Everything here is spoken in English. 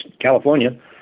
California